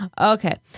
Okay